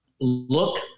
look